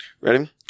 Ready